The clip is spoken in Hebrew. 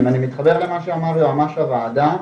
אני מתחבר למה שאמר יועמ"ש הוועדה,